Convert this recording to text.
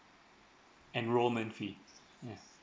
enrollment fee ya